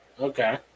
Okay